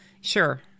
Sure